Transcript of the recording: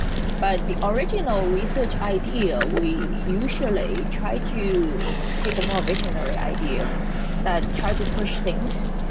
but the original research idea, we usually try to take a more visionary idea that try to push things,